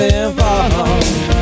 involved